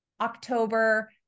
October